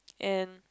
and